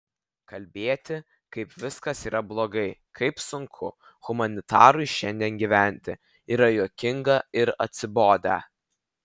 kalbėti kaip viskas yra blogai kaip sunku humanitarui šiandien gyventi yra juokinga ir atsibodę